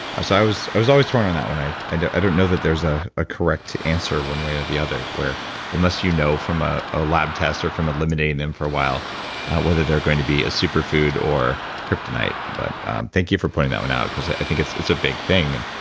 so i was i was always torn on that one. i i and i don't know that there's a a correct answer one way or the other, where unless you know from a a lab test or from eliminating them for a while whether they're going to be a superfood or kryptonite but thank you for pointing that one out because i think it's it's a big thing.